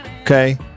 Okay